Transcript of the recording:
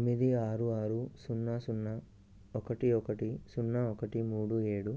తొమ్మిది ఆరు ఆరు సున్నా సున్నా ఒకటి ఒకటి సున్నా ఒకటి మూడు ఏడు